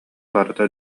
барыта